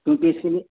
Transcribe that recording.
क्योंकि इसके लिए